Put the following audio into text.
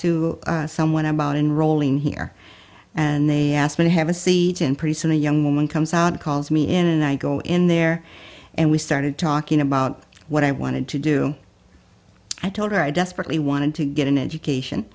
to someone about enrolling here and they asked me to have a seat and pretty soon a young woman comes out calls me in and i go in there and we started talking about what i wanted to do i told her i desperately wanted to get an education